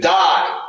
die